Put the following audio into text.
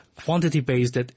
Quantity-based